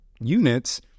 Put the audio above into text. units